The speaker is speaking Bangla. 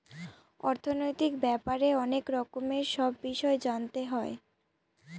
অর্থনৈতিক ব্যাপারে অনেক রকমের সব বিষয় জানতে হয়